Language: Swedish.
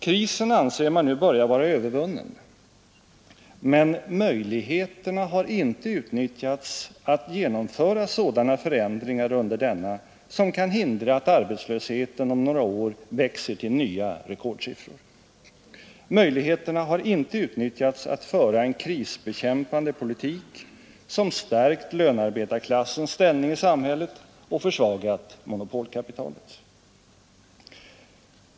Krisen anser man nu börjar vara övervunnen, men möjligheterna har inte utnyttjats att genomföra sådana förändringar som kan hindra att arbetslösheten om några år växer till nya rekordsiffror. Möjligheterna har inte utnyttjats att föra en krisbekämpande politik som stärkt lönarbetarklassens ställning i samhället och försvagat monopolkapitalets.